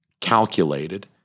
calculated